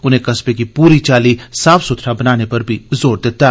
उनें कस्बे गी पूरी चाल्ली साफ सुथरा बनाने पर बी जोर दित्ता